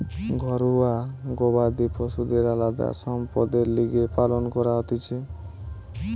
ঘরুয়া গবাদি পশুদের আলদা সম্পদের লিগে পালন করা হতিছে